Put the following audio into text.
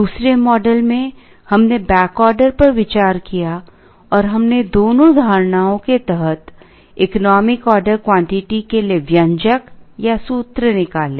दूसरे मॉडल में हमने बैकऑर्डर पर विचार किया और हमने दोनों धारणाओं के तहत इकोनॉमिक ऑर्डर क्वांटिटी के लिए व्यंजक सूत्र निकाले